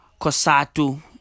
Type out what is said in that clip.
Kosatu